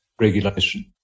regulation